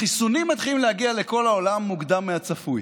החיסונים מתחילים להגיע לכל העולם מוקדם מהצפוי.